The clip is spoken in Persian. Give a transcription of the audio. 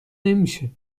نمیشه